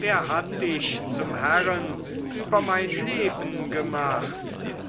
wer hat dich zum herren über mein leben gemacht